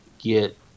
Get